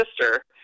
sister